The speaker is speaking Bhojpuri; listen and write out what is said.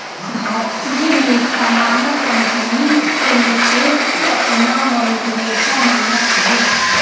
भारतीय लेखा मानक कंपनी कुल के अपनावल लेखा मानक हवे